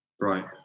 Right